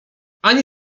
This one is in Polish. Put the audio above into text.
ani